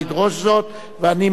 ואני מאשר את ההצבעה.